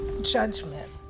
judgment